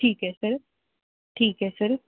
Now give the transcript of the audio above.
ਠੀਕ ਹੈ ਸਰ ਠੀਕ ਹੈ ਸਰ